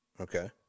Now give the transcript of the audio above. Okay